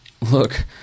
look